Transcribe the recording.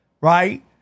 right